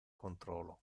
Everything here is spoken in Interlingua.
controlo